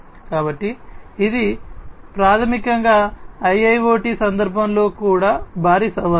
కాబట్టి ఇది ప్రాథమికంగా IIoT సందర్భంలో కూడా భారీ సవాలు